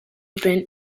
been